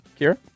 Kira